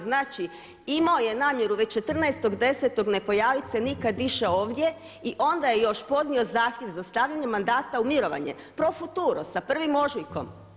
Znači, imao je namjeru već 14.10. ne pojaviti se nikad više ovdje i onda je još podnio zahtjev za stavljanje mandata u mirovanje pro futuro sa 1. ožujkom.